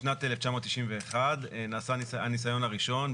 בשנת 1991 נעשה הניסיון הראשון,